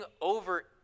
over